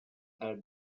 are